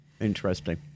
Interesting